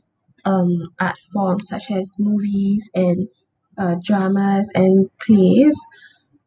um art forms such as movies and uh dramas and plays